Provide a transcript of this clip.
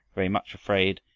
very much afraid,